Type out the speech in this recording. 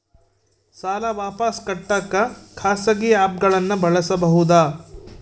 ಸಾಲ ವಾಪಸ್ ಕಟ್ಟಕ ಖಾಸಗಿ ಆ್ಯಪ್ ಗಳನ್ನ ಬಳಸಬಹದಾ?